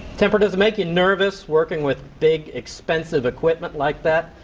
temper does it make you nervous working with big expensive equipment like that?